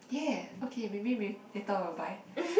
ya okay maybe maybe later I will buy